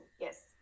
yes